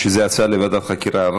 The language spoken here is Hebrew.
כשזאת הצעה לוועדת חקירה,